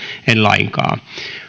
en lainkaan